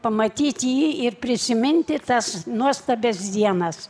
pamatyti jį ir prisiminti tas nuostabias dienas